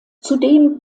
zudem